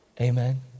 Amen